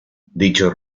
dicho